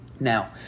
Now